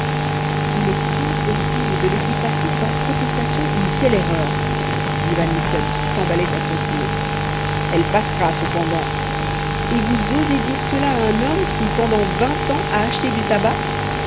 il est impossible de laisser passer sans protestation une telle erreur dit van mitten qui s'emballait à son tour elle passera cependant et vous osez dire cela à un homme qui pendant vingt ans a acheté des tabacs